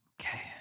Okay